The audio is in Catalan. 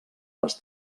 les